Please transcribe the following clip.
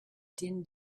din